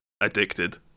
addicted